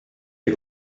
est